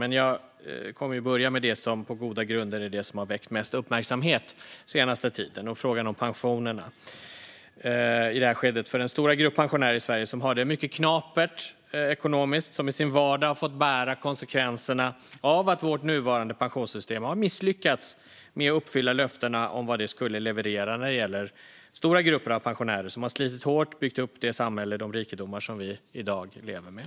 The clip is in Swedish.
Man jag börjar med det som på goda grunder är det som har väckt mest uppmärksamhet senaste tiden. Det gäller i det här skedet frågan om pensionerna för den stora grupp pensionärer som har det mycket knapert ekonomiskt. De har i sin vardag fått bära konsekvenserna av att vårt nuvarande pensionssystem har misslyckats med att uppfylla löftena om vad det skulle leverera när det gäller stora grupper av pensionärer. De har slitit hårt och byggt upp det samhälle och de rikedomar som vi i dag lever med.